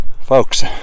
Folks